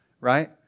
right